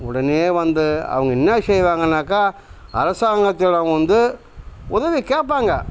உடனே வந்து அவங்க என்ன செய்வாங்கன்னாக்கா அரசாங்கத்திடம் வந்து உதவி கேட்பாங்க